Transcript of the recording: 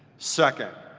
second,